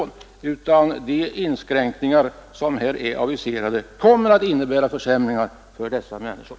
De inskränkningar som är aviserade kommer att innebära försämringar för dessa människor.